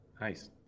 Nice